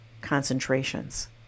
concentrations